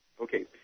Okay